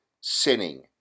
sinning